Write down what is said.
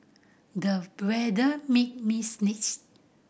the weather made me sneeze